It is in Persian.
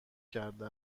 کرده